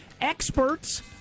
experts